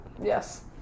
Yes